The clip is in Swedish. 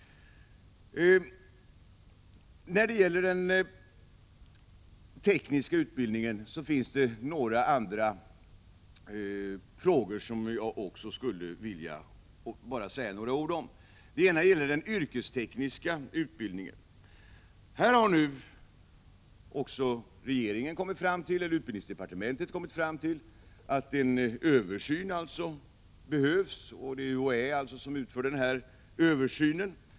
När det gäller den tekniska utbildningen finns det ett par andra frågor som jag också skulle vilja säga några ord om. Den ena rör den yrkestekniska högskoleutbildningen. Också utbildningsdepartementet har nu kommit fram tillatt en översyn behövs. Det är UHÄ som skall utföra denna översyn.